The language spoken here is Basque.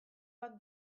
bat